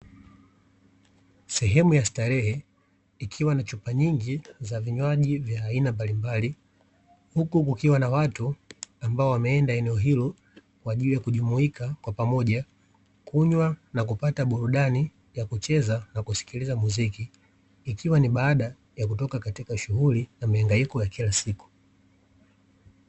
Sehemu ya starehe ikiwa na chupa nyingi za vinywaji vya aina mbalimbali, huku kukiwa na watu ambao wameenda eneo hilo kwa ajili ya kujumuika kwa pamoja kunywa na kupata burudani ya kucheza na kusikiliza muziki, ikiwa ni baada ya kutoka katika shughuli na miangaiko ya kila siku.